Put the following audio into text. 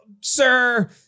sir